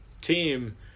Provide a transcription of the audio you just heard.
team